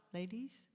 Ladies